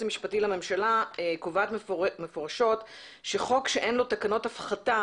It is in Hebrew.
המשפטי לממשלה קובעת במפורש שחוק שאין לו תקנות הפחתה